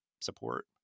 support